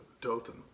Dothan